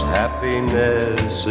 happiness